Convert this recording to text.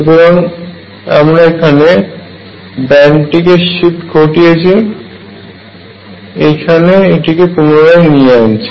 সুতরাং আমরা এখানে এই ব্যান্ডটিকে সিফট ঘটাচ্ছি এবং এইখানে এটিকে পুনরায় নিয়ে আনছি